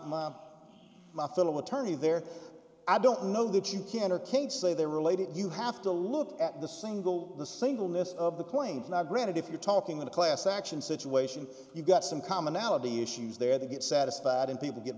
my my fellow attorney there i don't know that you can or can't say they're related you have to look at the single the same will miss the point now granted if you're talking in a class action situation you've got some commonality issues there that get satisfied and people get